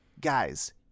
guys